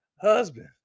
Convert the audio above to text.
husband